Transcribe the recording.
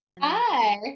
Hi